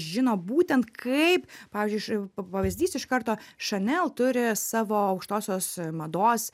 žino būtent kaip pavyzdžiui š p pavyzdys iš karto šanel turi savo aukštosios mados